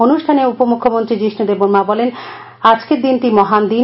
অনুষ্ঠানে উপমুখ্যমন্ত্রী যীষ্ণ দেববর্মা বলেন আজকের দিনটি মহান দিন